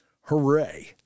hooray